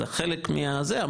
אז חלק מהזה,